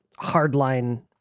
hardline